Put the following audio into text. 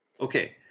Okay